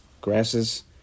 grasses